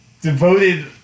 devoted